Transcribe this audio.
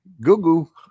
google